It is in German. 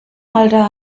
alter